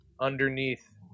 underneath